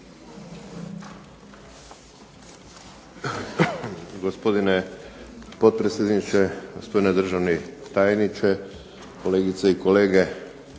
Gospodine potpredsjedniče, gospodine državni tajniče, kolegice i kolege.